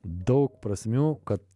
daug prasmių kad